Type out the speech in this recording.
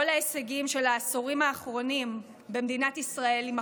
כל ההישגים של העשורים האחרונים במדינת ישראל יימחקו,